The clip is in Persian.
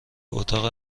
اتاق